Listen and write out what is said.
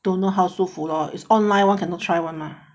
don't know how 舒服 lor is online [one] cannot try [one] mah